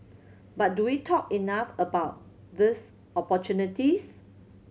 but do we talk enough about this opportunities